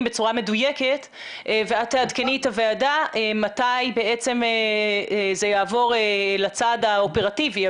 בצורה מדויקת ואת תעדכני את הוועדה מתי זה יעבור לצד האופרטיבי,